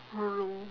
hello